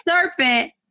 serpent